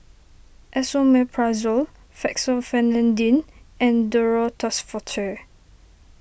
Esomeprazole Fexofenadine and Duro Tuss Forte